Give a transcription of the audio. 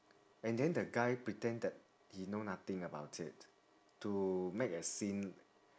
and then the guy pretend that he know nothing about it to make a scene